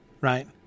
right